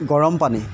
গৰম পানী